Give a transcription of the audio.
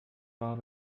wahr